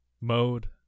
mode